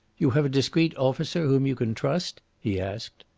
you have a discreet officer whom you can trust? he asked.